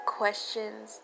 questions